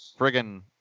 friggin